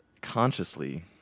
consciously